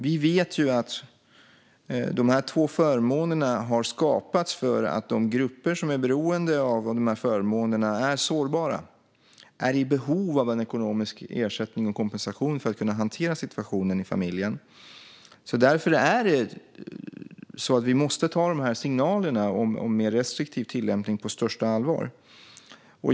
Vi vet att de två förmånerna har skapats därför att de grupper som är beroende av förmånerna är sårbara och i behov av ekonomisk ersättning och kompensation för att kunna hantera situationen i familjen. Därför måste vi ta signalerna om en mer restriktiv tillämpning på största allvar.